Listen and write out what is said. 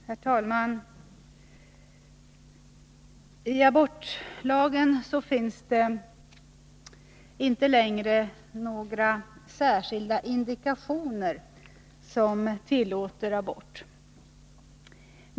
Herr talman! I abortlagen finns det inte längre några särskilda indikationer som tillåter abort.